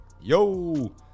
yo